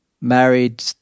married